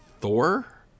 Thor